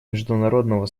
международного